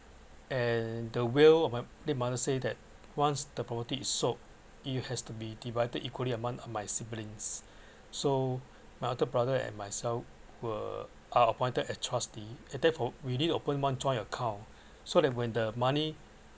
and the will of my late mother say that once the property is sold you has to be divided equally among my siblings so my elder brother and myself were are appointed as trustee and therefore we need open one joint account so that when the money